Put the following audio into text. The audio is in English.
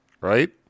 right